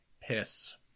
Piss